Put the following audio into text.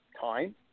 time